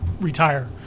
retire